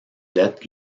lettre